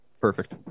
Perfect